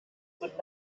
would